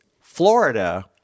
Florida